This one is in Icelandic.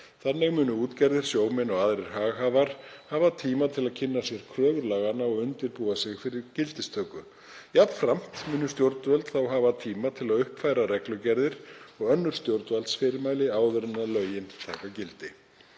Þannig munu útgerðir, sjómenn og aðrir haghafar hafa tíma til að kynna sér kröfur laganna og undirbúa sig fyrir gildistöku. Jafnframt munu stjórnvöld hafa tíma til að uppfæra reglugerðir og önnur stjórnvaldsfyrirmæli áður en lögin taka gildi.